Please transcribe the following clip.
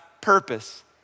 purpose